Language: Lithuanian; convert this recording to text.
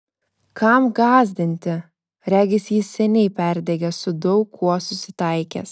kam gąsdinti regis jis seniai perdegęs su daug kuo susitaikęs